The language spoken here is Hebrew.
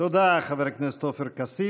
תודה, חבר הכנסת עפר כסיף.